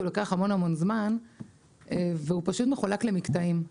לוקח המון המון זמן והוא פשוט מחולק למקטעים,